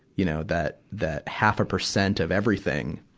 you know, that, that half a percent of everything.